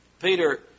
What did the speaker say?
Peter